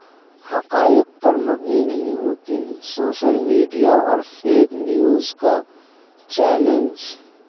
حقائق پر مبنی نہیں ہوتی سوشل میڈیا اور فیک نیوز کا چیلنج